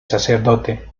sacerdote